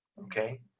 Okay